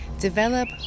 develop